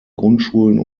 grundschulen